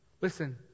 Listen